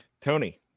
Tony